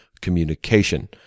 communication